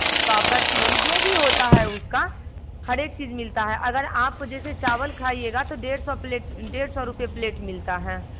पापड़ तिलोरी जो भी होता है उसका हर एक चीज़ मिलता है अगर आपको जैसे चावल खाएगा तो डेढ़ सौ आ डेढ़ सौ रुपये प्लेट मिलता है